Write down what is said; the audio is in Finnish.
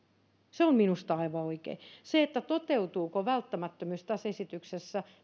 se on minusta aivan oikein sitä toteutuuko välttämättömyys tässä esityksessä